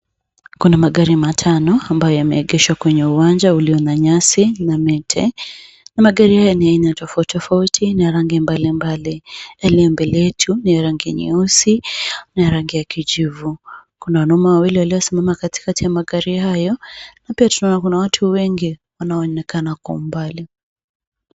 Kuna magari matano ambayo yameegeshwa kwenye uwanja ulio na nyasi na miti, magari haya ni ya aina tofauti tofauti na rangi mbalimbali, yaliyo mbele yetu ni rangi nyeusi na rangi ya kijivu. Kuna wanaume wawili waliosimama katikati ya magari hayo na pia tunaona Kuna watu wengi wanaonekana kwa mbali.